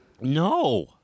No